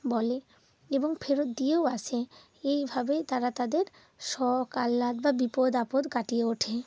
বলে এবং ফেরত দিয়েও আসে এইভাবেই তারা তাদের শখ আহ্লাদ বা বিপদ আপদ কাটিয়ে ওঠে